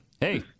Hey